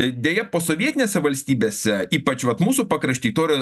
deja posovietinėse valstybėse ypač vat mūsų pakrašty to yra